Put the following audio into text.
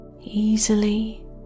easily